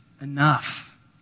enough